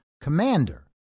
commander